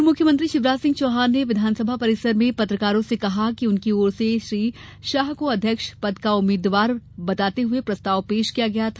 पूर्व मुख्यमंत्री शिवराज सिंह चौहान ने विधानसभा परिसर में पत्रकारों से कहा कि उनकी ओर से श्री शाह को अध्यक्ष पद का उम्मीदवार बताते हुए प्रस्ताव पेश किया गया था